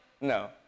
No